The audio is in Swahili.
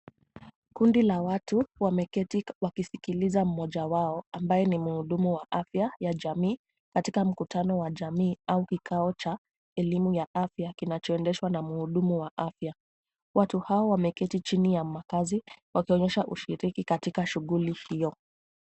Kundi la watu wameketi wakisikiliza mmoja wao ambaye ni mhudumu wa afya ya jamii katika mkutano wa jamii au kikao cha elimu ya afya kinachoendeshwa na mhudumu wa afya. Watu hao wameketi chin ya makazi yao kuonyesha ushirikiano kwa shughuli hio.